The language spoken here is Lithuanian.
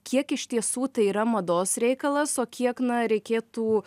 kiek iš tiesų tai yra mados reikalas o kiek na reikėtų